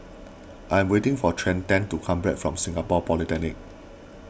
I am waiting for Trenten to come back from Singapore Polytechnic